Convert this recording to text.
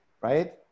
right